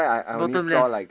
bottom left